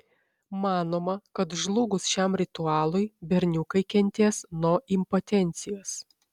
manoma kad žlugus šiam ritualui berniukai kentės nuo impotencijos